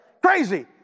Crazy